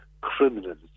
criminals